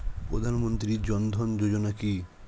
প্রধানমন্ত্রী জনধন যোজনা কি?